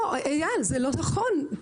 אייל, זה לא נכון.